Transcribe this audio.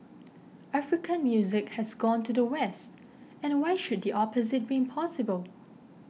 African music has gone to the West and why should the opposite be impossible